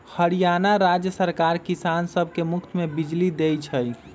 हरियाणा राज्य सरकार किसान सब के मुफ्त में बिजली देई छई